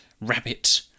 rabbit